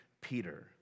Peter